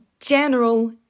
general